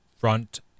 front